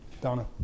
Donna